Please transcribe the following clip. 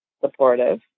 supportive